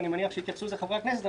ואני מניח שיתייחס לזה חברי הכנסת.